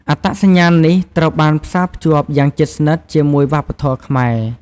អត្តសញ្ញាណនេះត្រូវបានផ្សារភ្ជាប់យ៉ាងជិតស្និទ្ធជាមួយវប្បធម៌ខ្មែរ។